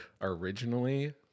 originally